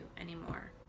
anymore